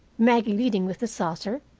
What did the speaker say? maggie leading with the saucer,